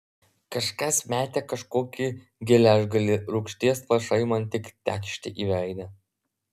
kažkas metė kažkokį geležgalį rūgšties lašai man tik tekšt į veidą